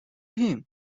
him